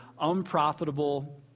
unprofitable